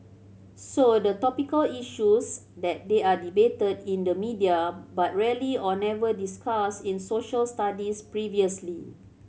so are topical issues that they are debated in the media but rarely or never discussed in Social Studies previously